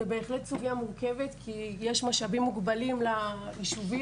זו בהחלט סוגיה מורכבת כי יש משאבים מוגבלים לישובים,